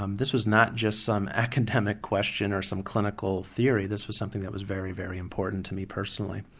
um this was not just some academic question or some clinical theory this was something that was very, very important to me personally.